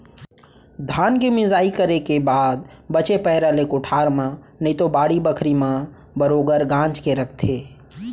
धान के मिंसाई करे के बाद बचे पैरा ले कोठार म नइतो बाड़ी बखरी म बरोगर गांज के रखथें